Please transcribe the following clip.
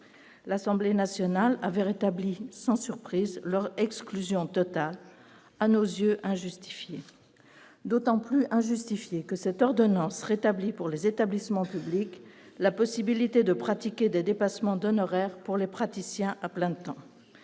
l'Assemblée nationale avait rétabli sans surprise leur exclusion totale à nos yeux injustifiée d'autant plus injustifiée que cette ordonnance rétablit pour les établissements publics, la possibilité de pratiquer des dépassements d'honoraires pour les praticiens à plein temps,